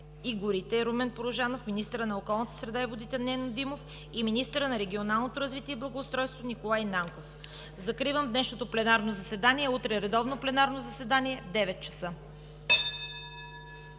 горите Румен Порожанов; министърът на околната среда и водите Нено Димов; и министърът на регионалното развитие и благоустройството Николай Нанков. Закривам днешното пленарно заседание. Утре – редовно пленарно заседание, 9,00 часа.